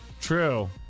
True